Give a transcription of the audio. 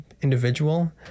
individual